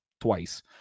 twice